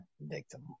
victim